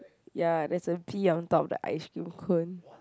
ya that is a T on top of the ice cream cone